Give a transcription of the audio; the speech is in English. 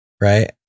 Right